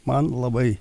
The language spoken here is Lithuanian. man labai